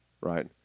right